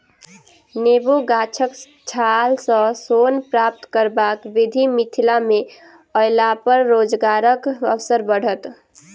नेबो गाछक छाल सॅ सोन प्राप्त करबाक विधि मिथिला मे अयलापर रोजगारक अवसर बढ़त